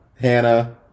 Hannah